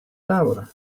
tavola